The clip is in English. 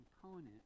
component